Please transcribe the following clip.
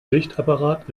sichtapparat